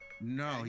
No